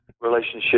relationship